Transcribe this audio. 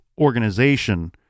organization